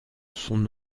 son